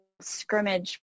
scrimmage